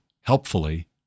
helpfully